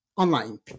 online